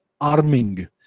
arming